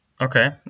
okay